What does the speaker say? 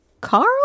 Carl